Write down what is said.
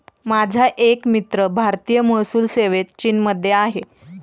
माझा एक मित्र भारतीय महसूल सेवेत चीनमध्ये आहे